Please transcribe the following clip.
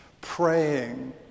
praying